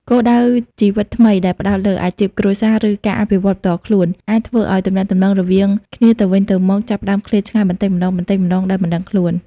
គោលដៅជីវិតថ្មីដែលផ្តោតលើអាជីព គ្រួសារ ឬការអភិវឌ្ឍន៍ផ្ទាល់ខ្លួន អាចធ្វើឱ្យទំនាក់ទំនងរវាងគ្នាទៅវិញទៅមកចាប់ផ្តើមឃ្លាតឆ្ងាយបន្តិចម្ដងៗដោយមិនដឹងខ្លួន។